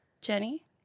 Jenny